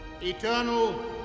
eternal